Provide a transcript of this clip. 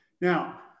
Now